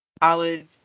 college